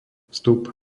vstup